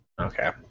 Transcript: Okay